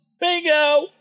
Bingo